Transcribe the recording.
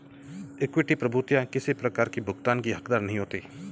equity प्रभूतियाँ किसी प्रकार की भुगतान की हकदार नहीं होती